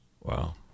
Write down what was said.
Wow